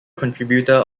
contributor